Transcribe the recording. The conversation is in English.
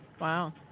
wow